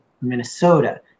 Minnesota